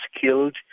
killed